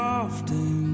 often